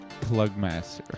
Plugmaster